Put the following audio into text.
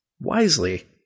Wisely